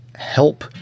Help